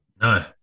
No